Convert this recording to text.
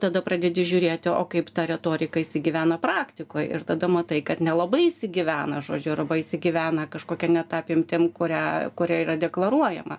tada pradedi žiūrėti o kaip ta retorika įsigyvena praktikoj ir tada matai kad nelabai įsigyvena žodžiu arba įsigyvena kažkokia ne ta apimtim kuria kuria yra deklaruojama